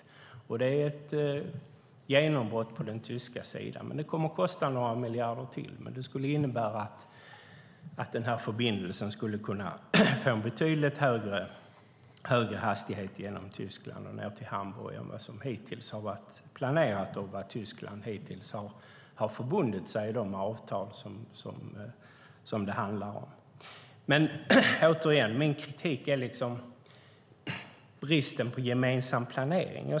Det är ett genombrott på den tyska sidan. Det kommer att kosta några miljarder till, men det skulle innebära att den här förbindelsen skulle kunna få en betydligt högre hastighet genom Tyskland och ned till Hamburg än som har varit planerat och som Tyskland hittills har förbundit sig att göra i de avtal som det handlar om. Återigen vill jag säga att min kritik riktar sig mot bristen på gemensam planering.